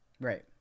right